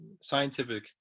scientific